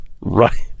Right